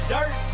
Dirt